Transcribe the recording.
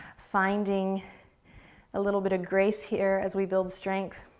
finding a little bit of grace here as we build strength,